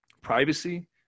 privacy